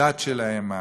הדת שלהם,